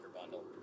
bundle